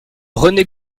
rené